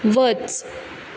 वच